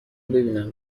ببینم